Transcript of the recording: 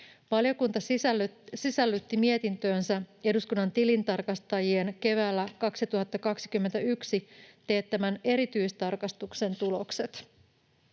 Valiokunta sisällytti mietintöönsä eduskunnan tilintarkastajien keväällä 2021 teettämän erityistarkastuksen tulokset.